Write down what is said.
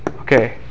Okay